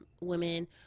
women